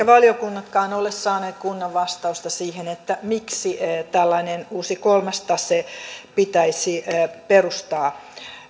valiokunnatkaan eivät ole saaneet kunnon vastausta siihen miksi tällainen uusi kolmas tase pitäisi perustaa